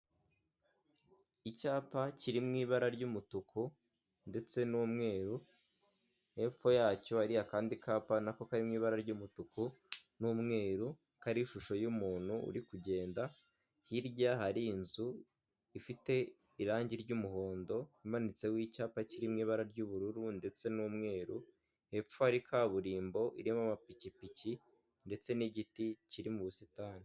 Icyapa kiri mu ibara ry'umutuku ndetse n'umweru, hepfo yacyo ari akandi kapa nako ka mu ibara ry'umutuku n'umweru kari ishusho y'umuntu uri kugenda, hirya hari inzu ifite irangi ry'umuhondo imanitse w'cyapa kiririmo ibara ry'ubururu ndetse n'umweru, hepfo ari kaburimbo irimo amapikipiki ndetse n'igiti kiri mu busitani.